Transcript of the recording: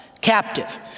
captive